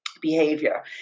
behavior